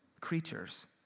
creatures